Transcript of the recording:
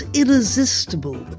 irresistible